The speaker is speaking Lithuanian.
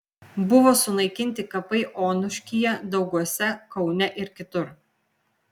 buvo sunaikinti kapai onuškyje dauguose kaune ir kitur